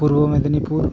Purba Medinipur